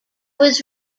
was